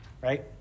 right